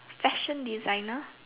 fashion designer